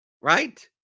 right